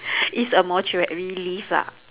it's a mortuary lift lah